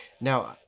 Now